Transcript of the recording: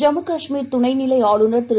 ஜம்முகாஷ்மீர் துணைநிலைஆளுநர் திரு